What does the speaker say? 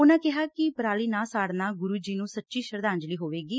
ਉਨ੍ਹਾ ਕਿਹਾ ਕਿ ਪਰਾਲੀ ਨਾ ਸਾੜਨਾ ਗੁਰੂ ਜੀ ਨੂੰ ਸੱਚੀ ਸ਼ਰਧਾਂਜਲੀ ਹੋਵੇਗੀ